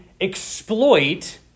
exploit